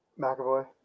McAvoy